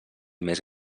més